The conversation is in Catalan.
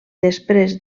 després